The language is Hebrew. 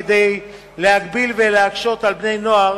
יש בה כדי להגביל ולהקשות על בני-נוער